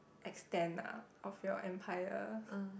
extent ah of your empires